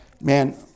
man